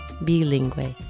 bilingüe